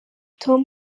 tom